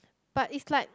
but is like